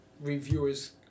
reviewers